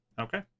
Okay